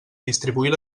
distribuir